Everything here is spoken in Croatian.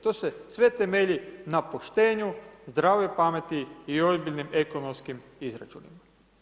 To se sve temelji na poštenju, zdravoj pameti i ozbiljnim ekonomskim izračunima.